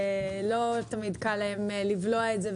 שלא תמיד קל להם לבלוע את זה,